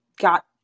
got